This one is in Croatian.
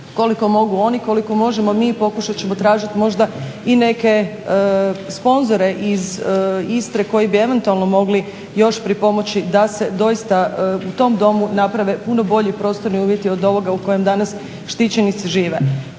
koliko mogu oni koliko možemo mi. I pokušat ćemo tražiti možda i neke sponzore iz Istre koji bi eventualno mogli još pripomoći da se doista tom domu naprave puno bolji prostorni uvjeti od ovoga u kojem danas štićenici žive.